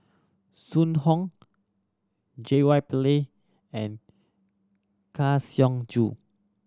Zhu Hong J Y Pillay and Kang Siong Joo